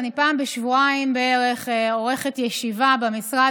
אני פעם בשבועיים בערך עורכת ישיבה במשרד,